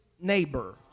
neighbor